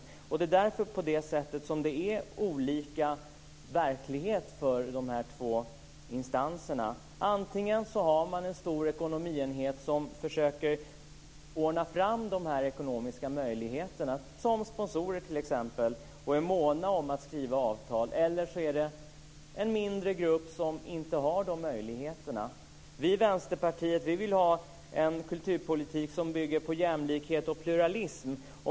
På det sättet är det olika verkligheter för dessa två instanser. Antingen har man en stor ekonomienhet som försöker ordna fram de ekonomiska möjligheterna, som sponsorer t.ex., och är måna om att skriva avtal, eller så är det en mindre grupp som inte har den möjligheten. Vi i Vänsterpartiet vill ha en kulturpolitik som bygger på jämlikhet och pluralism.